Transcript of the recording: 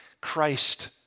Christ